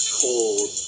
cold